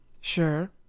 Sure